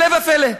הפלא ופלא,